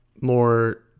more